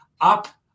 up